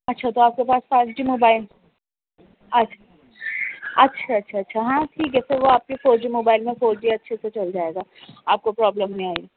اچھا تو آپ کے پاس فائیو جی موبائل ہے اچ اچھا اچھا اچھا ہاں ٹھیک ہے پھر وہ آپ کے فور جی موبائل میں فور جی اچھے سے چل جائے گا آپ کو پرابلم نہیں آئے گی